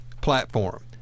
platform